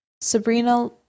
Sabrina